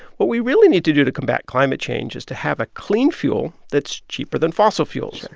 what we really need to do to combat climate change is to have a clean fuel that's cheaper than fossil fuels.